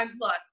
look